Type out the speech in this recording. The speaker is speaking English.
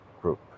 group